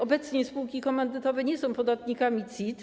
Obecnie spółki komandytowe nie są podatnikami CIT.